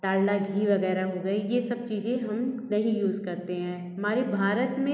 डालडा घी वग़ैरह हो गया ये सब चीज़े हम नहीं यूज़ करते हैं हमारे भारत में